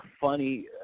funny